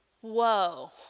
whoa